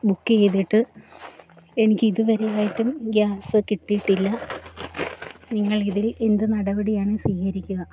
book ചെയ്തിട്ട് എനിക്ക് ഇതുവരെയായിട്ടും ഗ്യാസ് കിട്ടിയിട്ടില്ല നിങ്ങൾ ഇതിൽ എന്തു നടപടിയാണ് സ്വീകരിക്കുക